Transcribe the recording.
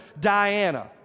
Diana